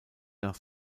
nach